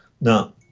Now